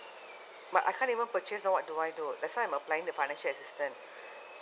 but I can't even purchase now what do I do that's why I'm applying the financial assistance